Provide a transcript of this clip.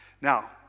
Now